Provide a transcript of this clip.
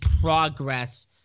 progress